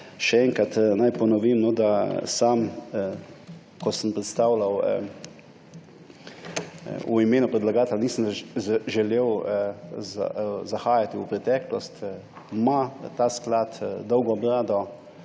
Še enkrat naj ponovim, da sam, ko sem predstavljal v imenu predlagatelja, nisem želel zahajati v preteklost. Ima pa ta sklad dolgo brado.